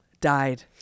died